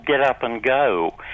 get-up-and-go